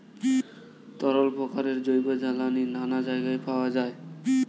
তরল প্রকারের জৈব জ্বালানি নানা জায়গায় পাওয়া যায়